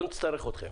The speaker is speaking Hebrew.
לא נצטרך אתכם.